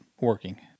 working